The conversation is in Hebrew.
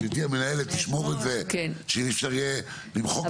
גברתי המנהלת תשמור את זה ואי-אפשר למחוק את זה.